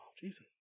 Jesus